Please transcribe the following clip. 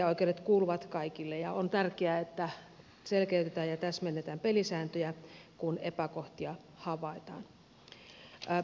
tekijänoikeudet kuuluvat kaikille ja on tärkeää että selkeytetään ja täsmennetään pelisääntöjä kun epäkohtia havaitaan